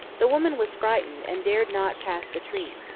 the woman was frightened and dared not pass the tree.